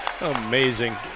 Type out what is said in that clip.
Amazing